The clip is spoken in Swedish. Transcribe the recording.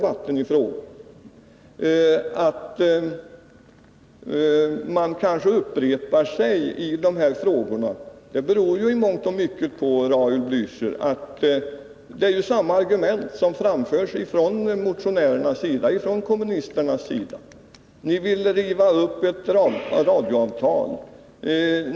Att man kanske upprepar sig i de här frågorna beror ju i mångt och mycket, Raul Blächer, på att det är samma argument som framförs från motionärernas sida, från kommunisternas sida. Ni vill riva upp ett radioavtal.